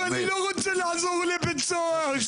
ואני לא רוצה לחזור לבית סוהר.